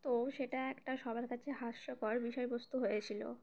তো সেটা একটা সবার কাছে হাস্যকর বিষয়বস্তু হয়েছিল